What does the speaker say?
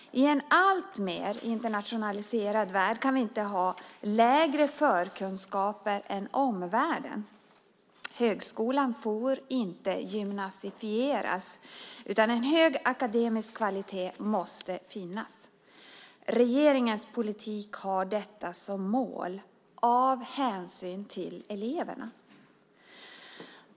I en alltmer internationaliserad värld kan vi inte ha lägre förkunskaper än omvärlden. Högskolan får inte gymnasifieras, utan en hög akademisk kvalitet måste finnas. Regeringens politik har detta som mål av hänsyn till eleverna.